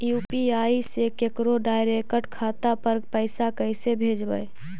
UPI से केकरो direct खाता पर पैसा कैसे भेजबै?